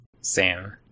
sam